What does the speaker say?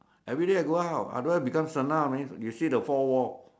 everyday I go out otherwise become senile man you see the four wall